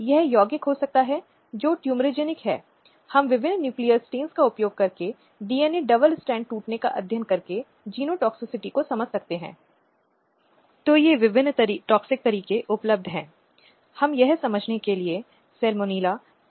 इसी तरह कई अंतरराष्ट्रीय महिला गैर सरकारी संगठनएनजीओ हैं लेकिन वे वैश्विक स्तर पर अधिक हैं और एक अंतरराष्ट्रीय स्तर पर उन्होंने लैंगिक न्याय के मुद्दों पर समर्थन हासिल करने की कोशिश की है